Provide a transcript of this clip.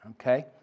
okay